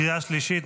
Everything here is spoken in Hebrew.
קריאה שלישית.